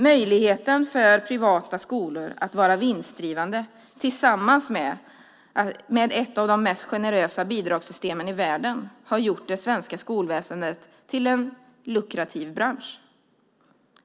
Möjligheten för privata skolor att vara vinstdrivande tillsammans med ett av de mest generösa bidragssystemen i världen har gjort det svenska skolväsendet till en lukrativ bransch.